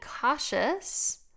cautious